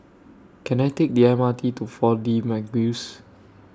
Can I Take The M R T to four D Magix